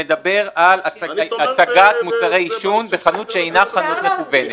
שמדבר על הצגת מוצרי עישון בחנות שאינה חנות מקוונת.